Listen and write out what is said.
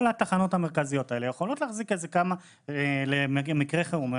כל התחנות המרכזיות האלה יכולות להחזיק כמה למקרי חירום.